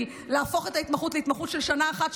להפוך את ההתמחות להתמחות של שנה אחת,